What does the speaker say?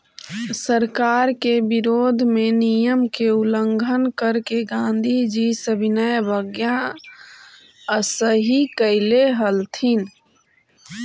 सरकार के विरोध में नियम के उल्लंघन करके गांधीजी सविनय अवज्ञा अइसही कैले हलथिन